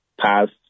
past